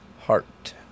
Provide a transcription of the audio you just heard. heart